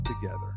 together